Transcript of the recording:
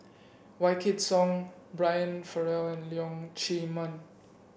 Wykidd Song Brian Farrell and Leong Chee Mun